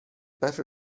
better